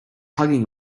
hugging